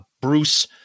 Bruce